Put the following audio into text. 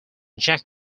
jack